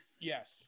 Yes